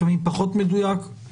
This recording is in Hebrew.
לפעמים פחות מדויק.